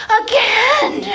again